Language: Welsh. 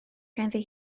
ganddi